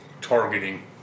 targeting